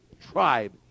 tribe